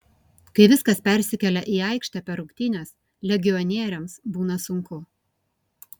kai viskas persikelia į aikštę per rungtynes legionieriams būna sunku